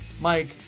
Mike